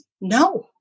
no